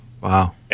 Wow